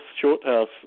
Shorthouse